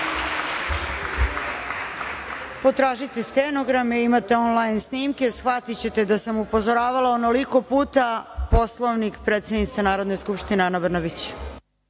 Potražite stenograme, imate onlajn snimke, shvatićete da sam upozoravala onoliko puta. Poslovnik, predsednica Narodne skupštine, Ana Brnabić.